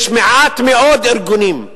יש מעט מאוד ארגונים.